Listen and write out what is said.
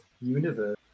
universe